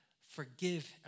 forgive